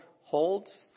holds